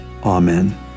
Amen